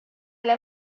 إلى